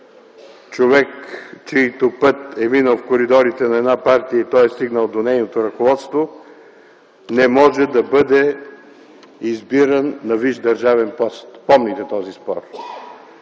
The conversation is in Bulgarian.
човек, чийто път е минал в коридорите на една партия и той е стигнал до нейното ръководство, не може да бъде избиран на висш държавен пост. Помните този спор!